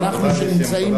אנחנו, שנמצאים פה, תודה.